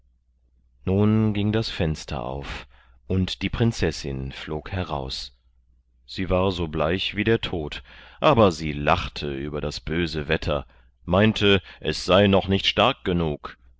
nun ging das fenster auf und die prinzessin flog heraus sie war so bleich wie der tod aber sie lachte über das böse wetter meinte es sei noch nicht stark genug